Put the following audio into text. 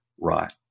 right